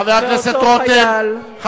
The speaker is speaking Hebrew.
חבר הכנסת רותם.